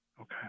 Okay